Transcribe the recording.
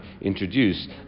introduce